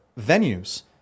venues